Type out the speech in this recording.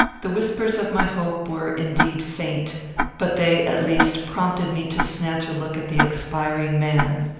the whispers of my hope were, indeed, faint but they, at least, prompted me to snatch a look at the expiring man.